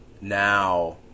now